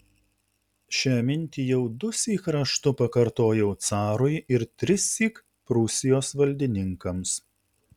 šią mintį jau dusyk raštu pakartojau carui ir trissyk prūsijos valdininkams